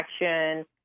action